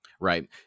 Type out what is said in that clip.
right